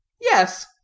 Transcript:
Yes